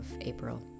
April